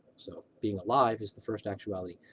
so being alive is the first actuality,